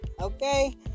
Okay